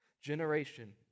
Generation